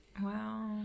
Wow